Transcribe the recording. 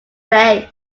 face